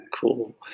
Cool